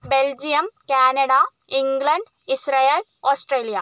Belgium Canada England Israel Australia